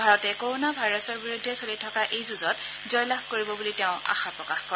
ভাৰতে কোৰোণা ভাইৰাছৰ বিৰুদ্ধে চলি থকা এই যুঁজত জয়লাভ কৰিব বুলি তেওঁ আশা প্ৰকাশ কৰে